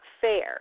fair